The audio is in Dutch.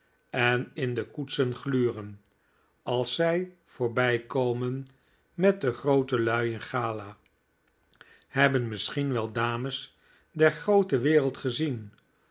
en in de koetsen gluren als zij voorbij komen met de grootelui in gala hebben misschien wel dames der groote wereld gezien